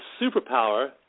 superpower